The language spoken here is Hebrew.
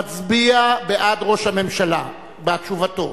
מצביע בעד ראש הממשלה, בעד תשובתו.